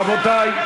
רבותי,